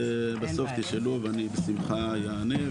בסוף תשאלו ואני בשמחה אענה,